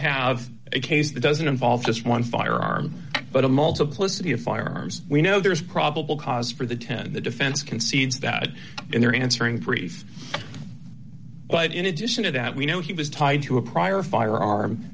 have a case that doesn't involve just one firearm but a multiplicity of firearms we know there's probable cause for the ten the defense concedes that they're answering three but in addition to that we know he was tied to a prior firearm